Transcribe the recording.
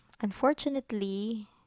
unfortunately